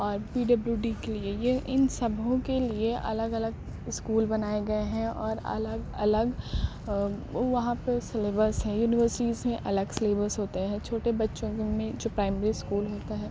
اور P W D کے لیے یہ ان سبھوں کے لیے الگ الگ اسکول بنائے گئے ہیں اور الگ الگ وہاں پہ سلیبس ہیں یونیورسیز میں الگ سیلیبس ہوتا ہے چھوٹے بچوں میں جو پرائمری اسکول ہوتا ہے